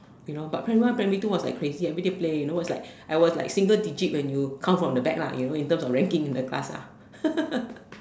you know but primary one primary two was like crazy everyday play you know it's like I was like single digit when you count from the back lah you know in terms of ranking in the class ah